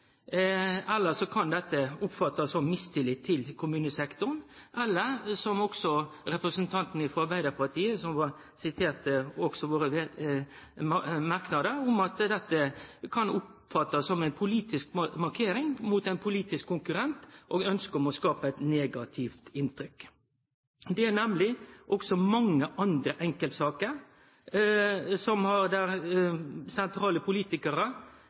kan oppfattast som mistillit til kommunesektoren, eller det kan – slik også representanten frå Arbeidarpartiet siterte frå våre merknadar – oppfattast som ei politisk markering mot ein politisk konkurrent, og eit ønske om å skape eit negativt inntrykk. Det er også mange andre enkeltsaker der sentrale politikarar har fått oppslag mot seg, som ikkje har resultert i tilsvarande representantforslag. Der